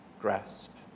grasp